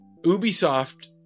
Ubisoft